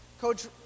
Coach